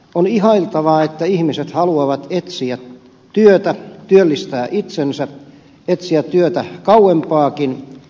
on ihailtavaa että ihmiset haluavat etsiä työtä työllistää itsensä etsiä työtä kauempaakin